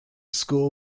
school